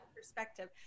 Perspective